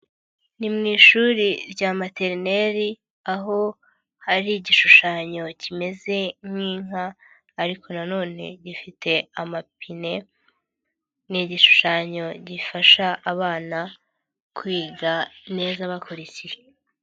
Ni mu ishuri rya materineri aho hari igishushanyo kimeze nk'inka ariko nanone gifite amapine ni igishushanyo gifasha abana kwiga neza bakurikiye.